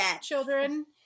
children